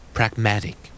Pragmatic